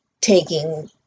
taking